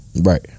Right